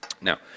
Now